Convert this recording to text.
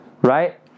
Right